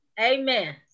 amen